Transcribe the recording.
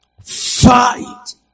Fight